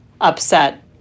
upset